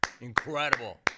Incredible